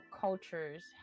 cultures